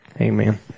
Amen